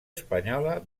espanyola